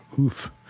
Oof